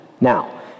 Now